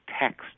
text